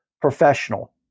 professional